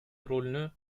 rolünü